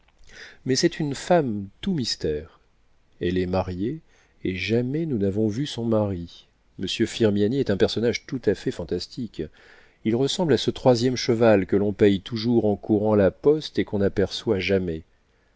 mais c'est une femme tout mystère elle est mariée et jamais nous n'avons vu son mari monsieur firmiani est un personnage tout à fait fantastique il ressemble à ce troisième cheval que l'on paie toujours en courant la poste et qu'on n'aperçoit jamais